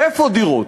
איפה דירות?